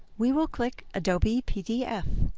we will click adobe pdf,